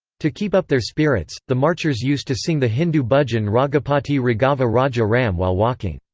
to keep up their spirits, the marchers used to sing the hindu bhajan raghupati raghava raja ram while walking.